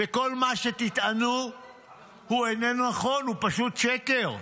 וכל מה שתטענו הוא איננו נכון, הוא פשוט שקר.